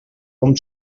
com